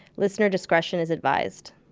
listener discretion is advised.